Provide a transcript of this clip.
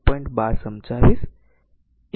12 સમજાવીશ